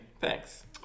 Thanks